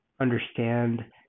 understand